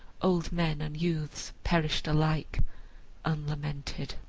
old men and youths, perished alike unlamented.